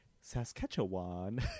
Saskatchewan